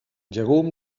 llegum